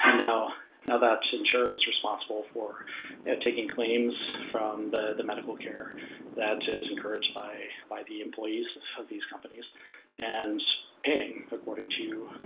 ah now, that insurer is responsible for taking claims from the the medical care that is encouraged by by the employees of these companies and paying according to,